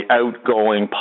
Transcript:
outgoing